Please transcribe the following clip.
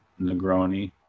Negroni